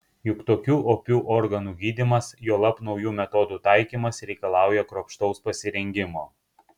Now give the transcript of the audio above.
juk tokių opių organų gydymas juolab naujų metodų taikymas reikalauja kruopštaus pasirengimo